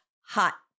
hot